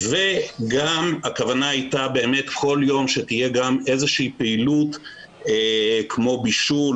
וגם הכוונה הייתה שכל יום תהיה גם איזושהי פעילות כמו בישול,